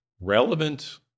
Relevant